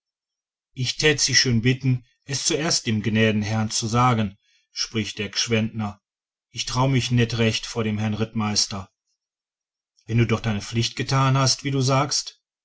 ich tät sie schön bitten es zuerst dem gnä herrn zu sagen spricht der g'fchwendtner ich trau mich net recht vor den herrn rittmeister wenn du doch deine pflicht getan hast wie du sagst